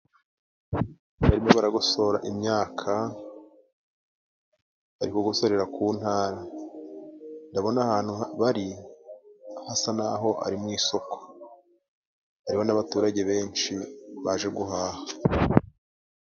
Barimo baragosora imyaka bari kugusorera ku ntara . Ndabona ahantu bari, hasa n'aho ari mu isoko. Harimo n'abaturage benshi baje guhaha.